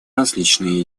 различные